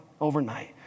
overnight